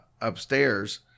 upstairs